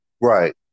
Right